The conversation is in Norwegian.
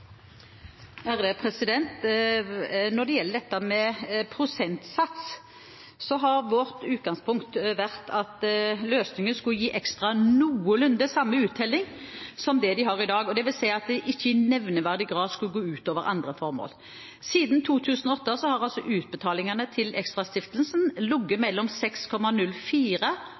og rehabiliteringsformålene. Når det gjelder prosentsats, har vårt utgangspunkt vært at løsningen skulle gi Extra noenlunde samme uttelling som i dag, dvs. at det ikke i nevneverdig grad skulle gå ut over andre formål. Siden 2008 har utbetalingene til